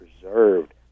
preserved